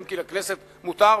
אם כי לכנסת מותר,